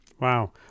Wow